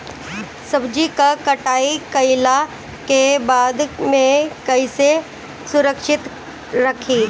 सब्जी क कटाई कईला के बाद में कईसे सुरक्षित रखीं?